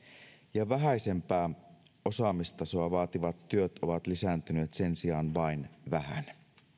ja vähäisempää osaamistasoa vaativat työt ovat lisääntyneet sen sijaan vain vähän